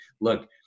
look